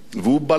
והוא בלט.